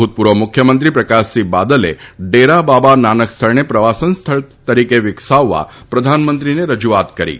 ભૂતપૂર્વ મુખ્યમંત્રી પ્રકાશસિંહે બાદલે ડેરા બાબા નાનક સ્થળને પ્રવાસન સ્થળ તરીકે વિકસાવવા પ્રધાનમંત્રીને રજૂઆત કરી હતી